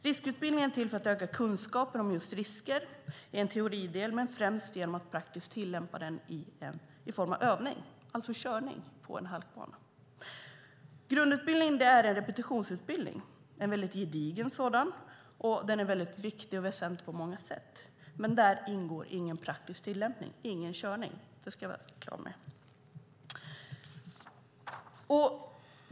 Riskutbildningen är, i en teoridel, till för att öka kunskapen om just risker men främst genom att praktiskt tillämpa det i form av övning, alltså körning på halkbana. Grundutbildningen är en repetitionsutbildning, en väldigt gedigen sådan. Den är mycket viktig och väsentlig på många sätt. Men där ingår ingen praktisk tillämpning, ingen körning. Det vill jag vara tydlig med.